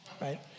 Right